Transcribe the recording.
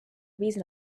reason